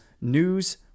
news